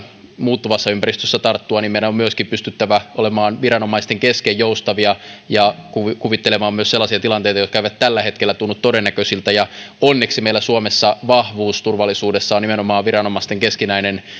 muuttuvassa ympäristössä tarttua meidän on myöskin pystyttävä olemaan viranomaisten kesken joustavia ja kuvittelemaan myös sellaisia tilanteita jotka eivät tällä hetkellä tunnu todennäköisiltä onneksi meillä suomessa vahvuus turvallisuudessa on nimenomaan viranomaisten keskinäinen